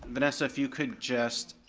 vanessa if you could just,